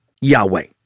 Yahweh